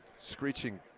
screeching